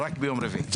רק ביום רביעי.